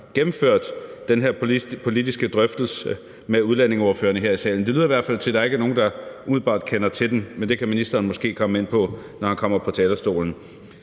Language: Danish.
gennemført den her politiske drøftelse med udlændingeordførerne her i salen. Det lyder i hvert fald til, at der ikke er nogen, der umiddelbart kender til den. Men det kan ministeren måske komme ind på, når han kommer på talerstolen.